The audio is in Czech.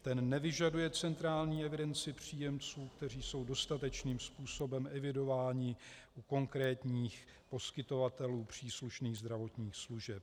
Ten nevyžaduje centrální evidenci příjemců, kteří jsou dostačujícím způsobem evidováni u konkrétních poskytovatelů příslušných zdravotních služeb.